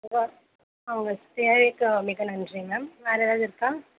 அவங்க சேவைக்கு மிக நன்றி மேம் வேறு எதாவது இருக்கா